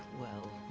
well.